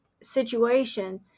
situation